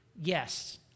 yes